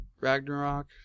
Ragnarok